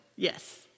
Yes